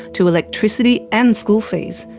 to electricity and school fees.